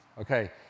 Okay